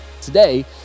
Today